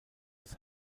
des